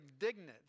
indignant